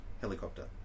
helicopter